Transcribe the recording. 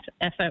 effort